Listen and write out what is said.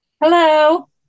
Hello